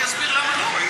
אני אסביר למה לא.